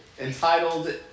Entitled